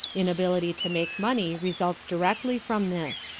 inability to make money results directly from this,